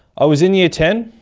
i was in year ten,